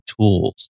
tools